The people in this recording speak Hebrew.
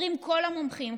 אומרים כל המומחים,